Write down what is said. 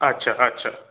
আচ্ছা আচ্ছা